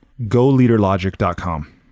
goleaderlogic.com